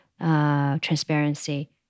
transparency